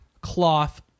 cloth